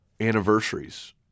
Anniversaries